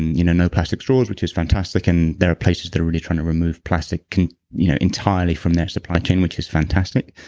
you know no plastic straws, which is fantastic. and there are places that are really trying to remove plastic you know entirely from their supply chain, which is fantastic.